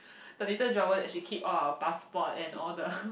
the little drawer that she keep all our passport and all the